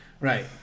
right